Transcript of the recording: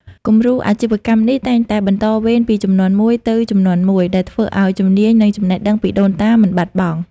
គំរូអាជីវកម្មនេះតែងតែ បន្តវេនពីជំនាន់មួយទៅជំនាន់មួយ ដែលធ្វើឱ្យជំនាញ និងចំណេះដឹងពីដូនតាមិនបាត់បង់។